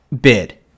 bid